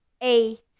eight